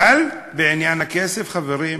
אבל בעניין הכסף, חברים,